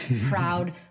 proud